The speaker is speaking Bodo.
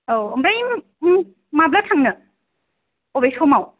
औ ओमफ्राय माब्ला थांनो ओबे समाव